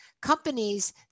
companies